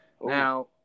Now